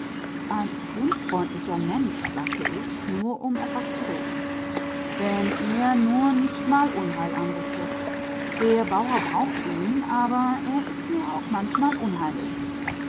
ein unfreundlicher mensch sagte ich nur um etwas zu reden wenn er nur nicht mal unheil anrichtet der bauer braucht ihn aber er ist mir auch manchmal unheimlich